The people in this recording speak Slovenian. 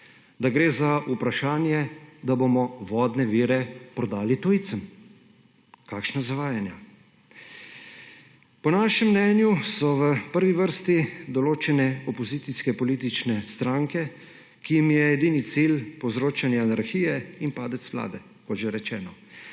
da gre za vprašanje, da bomo vodne vire prodali tujcem? Kakšna zavajanja! Po našem mnenju so v prvi vrsti določene opozicijske politične stranke, ki jim je edini cilj povzročanje anarhije in padec vlade, kot že rečeno,